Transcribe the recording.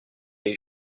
les